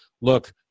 look